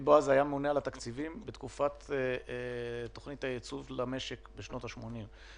דוד בועז היה ממונה על התקציבים בתקופת תוכנית הייצוב למשק בשנות ה-80.